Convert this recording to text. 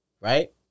right